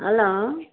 hello